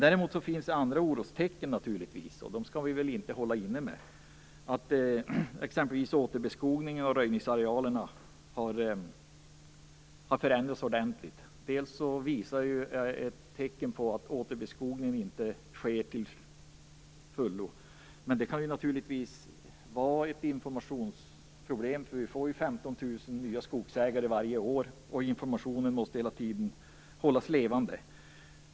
Däremot finns det naturligtvis andra orostecken, och dem skall vi väl inte hålla inne med. T.ex. har återbeskogningen och röjningsarealerna förändrats ordentligt. Det finns tecken på att återbeskogningen inte sker till fullo, men detta kan naturligtvis vara fråga om ett informationsproblem. Vi får ju 15 000 nya skogsägare varje år, och informationen måste hela tiden hållas levande.